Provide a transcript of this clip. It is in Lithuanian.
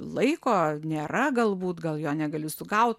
laiko nėra galbūt gal jo negali sugaut